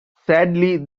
sadly